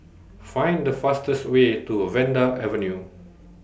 Find The fastest Way to Vanda Avenue